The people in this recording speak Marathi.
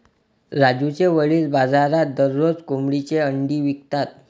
राजूचे वडील बाजारात दररोज कोंबडीची अंडी विकतात